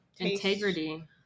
integrity